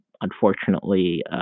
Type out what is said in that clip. unfortunately